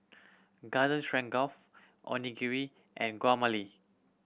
Garden Stroganoff Onigiri and Guacamole